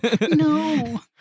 no